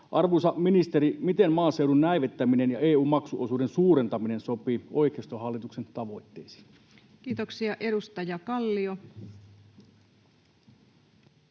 Arvoisa ministeri, miten maaseudun näivettäminen ja EU:n maksuosuuden suurentaminen sopii oikeistohallituksen tavoitteisiin? Kiitoksia. — Edustaja Kallio.